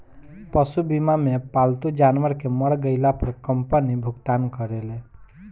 पशु बीमा मे पालतू जानवर के मर गईला पर कंपनी भुगतान करेले